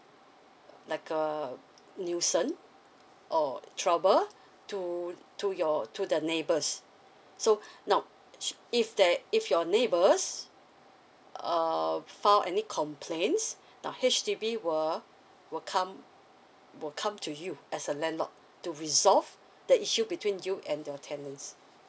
like uh nuisance or trouble to to your to the neighbours so now s~ if there if your neighbours uh file any complaints now H_D_B will will come will come to you as a landlord to resolve the issue between you and your tenants